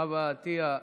חוה עטייה,